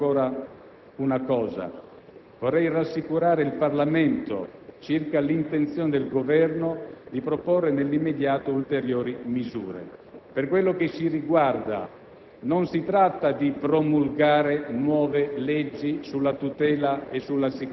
in primo luogo, nella sua integrità psicofisica. Vorrei concludere rassicurando il Parlamento circa l'intenzione del Governo di proporre nell'immediato ulteriori misure. Per quello che ci riguarda,